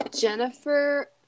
Jennifer